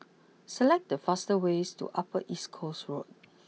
select the fastest way to Upper East Coast Road